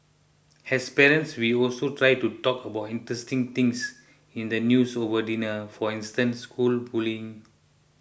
as parents we also try to talk about interesting things in the news over dinner for instance school bullying